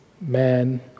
man